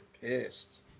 pissed